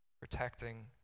protecting